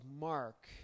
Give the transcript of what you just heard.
Mark